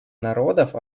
народов